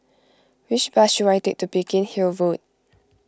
which bus should I take to Biggin Hill Road